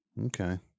okay